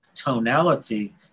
tonality